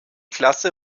klasse